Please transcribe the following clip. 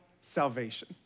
salvation